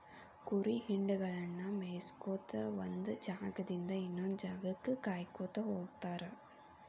ಕುರಿ ಹಿಂಡಗಳನ್ನ ಮೇಯಿಸ್ಕೊತ ಒಂದ್ ಜಾಗದಿಂದ ಇನ್ನೊಂದ್ ಜಾಗಕ್ಕ ಕಾಯ್ಕೋತ ಹೋಗತಾರ